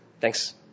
Thanks